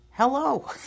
hello